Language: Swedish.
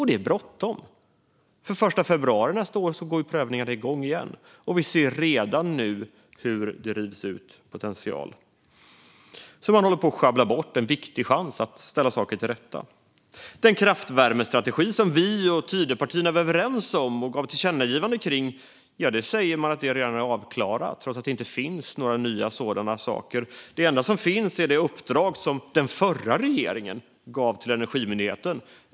Det är bråttom eftersom prövningarna går igång igen den 1 februari nästa år, och vi ser redan nu hur det rivs ut potential. Man håller alltså på att sjabbla bort en viktig chans att ställa saker till rätta. Den kraftvärmestrategi som vi och Tidöparterna var överens om och gjorde tillkännagivande om säger man redan är avklarad trots att det inte finns några förslag. Det enda som finns är det uppdrag som förra regeringen gav till Energimyndigheten.